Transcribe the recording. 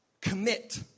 commit